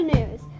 News